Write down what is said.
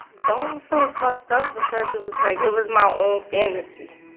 don't feel fucked up because it was like it was my own fantasy,